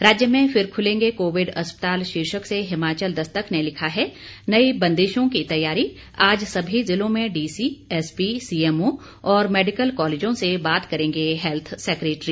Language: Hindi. राज्य में फिर खुलेंगे कोविड अस्पताल शीर्षक से हिमाचल दस्तक ने लिखा है नई बंदिशों की तैयारी आज सभी जिलों में डीसी एसपी सीएमओ और मेडिकल कॉलेजों से बात करेंगे हेल्थ सेक्रेटरी